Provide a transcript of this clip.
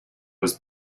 was